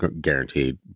guaranteed